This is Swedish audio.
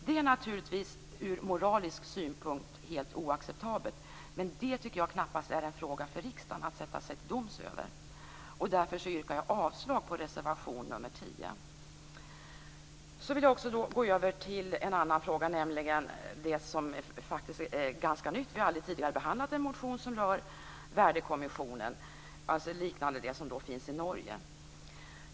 Det är naturligtvis ur moralisk synpunkt helt oacceptabelt, men det är knappast en fråga för riksdagen att sätta sig till doms över. Därför yrkar jag avslag på reservation nr 10. Jag vill gå över till en fråga som är ny och som inte har behandlats tidigare, nämligen en värdekommission - liknande vad som finns i Norge.